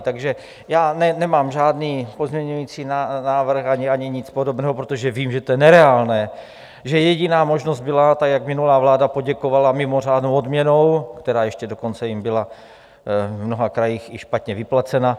Takže nemám žádný pozměňovací návrh ani nic podobného, protože vím, že to je nereálné, že jediná možnost byla, jak minulá vláda poděkovala mimořádnou odměnou, která jim ještě dokonce byla i v mnoha krajích špatně vyplacena.